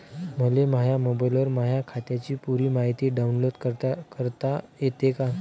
मले माह्या मोबाईलवर माह्या खात्याची पुरी मायती डाऊनलोड करता येते का?